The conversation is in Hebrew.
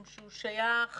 הוא שייך